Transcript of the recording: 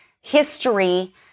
History